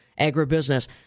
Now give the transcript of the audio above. agribusiness